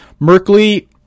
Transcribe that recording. Merkley